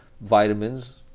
vitamins